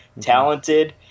talented